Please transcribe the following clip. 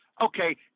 Okay